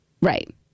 Right